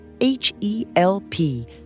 H-E-L-P